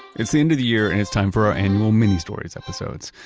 it's the end of the year and it's time for our annual mini-stories episodes.